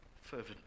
Fervent